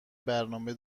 برنامه